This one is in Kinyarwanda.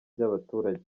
ry’abaturage